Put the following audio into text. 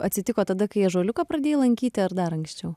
atsitiko tada kai ąžuoliuką pradėjai lankyti ar dar anksčiau